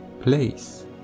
place